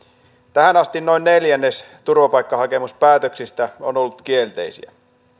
tähän asti noin neljännes turvapaikkahakemuspäätöksistä on ollut kielteisiä